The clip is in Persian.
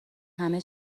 همه